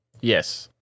Yes